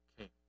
okay